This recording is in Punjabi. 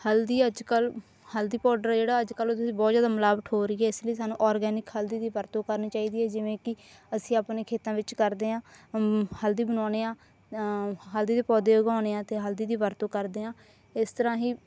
ਹਲਦੀ ਅੱਜ ਕੱਲ੍ਹ ਹਲਦੀ ਪਾਊਡਰ ਜਿਹੜਾ ਅੱਜ ਕੱਲ੍ਹ ਉਹਦੇ 'ਚ ਬਹੁਤ ਜ਼ਿਆਦਾ ਮਿਲਾਵਟ ਹੋ ਰਹੀ ਹੈ ਇਸ ਲਈ ਸਾਨੂੰ ਔਰਗੈਨਿਕ ਹਲਦੀ ਦੀ ਵਰਤੋਂ ਕਰਨੀ ਚਾਹੀਦੀ ਹੈ ਜਿਵੇਂ ਕਿ ਅਸੀ ਆਪਣੇ ਖੇਤਾਂ ਵਿੱਚ ਕਰਦੇ ਹਾਂ ਹਲਦੀ ਬਣਾਉਦੇ ਹਾਂ ਹਲਦੀ ਦੇ ਪੌਦੇ ਉਗਾਉਂਦੇ ਹਾਂ ਅਤੇ ਹਲਦੀ ਦੀ ਵਰਤੋਂ ਕਰਦੇ ਹਾਂ ਇਸ ਤਰ੍ਹਾਂ ਹੀ